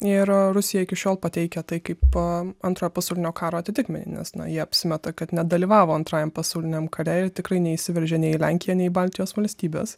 ir rusija iki šiol pateikia tai kaip a antrojo pasaulinio karo atitikmenį nes jie apsimeta kad nedalyvavo antrajam pasauliniam kare ir tikrai neišsiveržė nei į lenkiją nei į baltijos valstybes